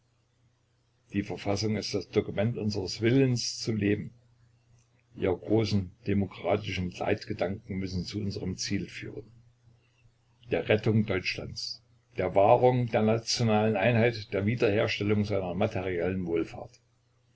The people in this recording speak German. die verfassung ist das dokument unseres willens zum leben ihre großen demokratischen leitgedanken müssen zu unserm ziel führen der rettung deutschlands der wahrung der nationalen einheit der wiederherstellung seiner materiellen wohlfahrt